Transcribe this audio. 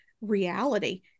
reality